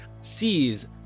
sees